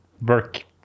work